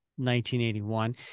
1981